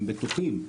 הם בטוחים,